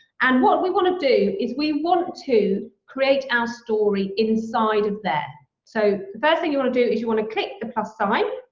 and what we wanna do is we want to create our story inside of there. so, the first thing you wanna do is you wanna click the plus sign,